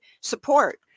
support